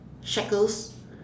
shackles